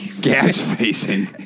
Gas-facing